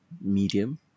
medium